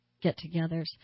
get-togethers